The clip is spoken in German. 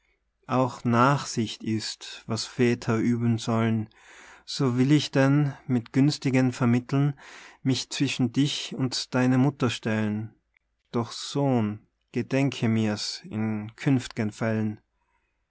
auch nachsicht ist was väter üben sollen so will ich denn mit günstigem vermitteln mich zwischen dich und deine mutter stellen doch sohn gedenke mir's in künft'gen fällen